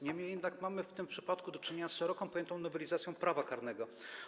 Niemniej jednak mamy w tym przypadku do czynienia z szeroko pojętą nowelizacją prawa karnego.